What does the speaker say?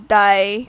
die